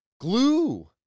glue